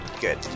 Good